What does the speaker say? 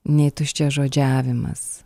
nei tuščiažodžiavimas